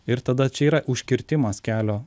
ir tada čia yra užkirtimas kelio